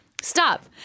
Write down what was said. Stop